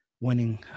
winning